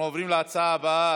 אנחנו עוברים להצעה הבאה,